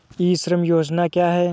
ई श्रम योजना क्या है?